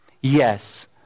Yes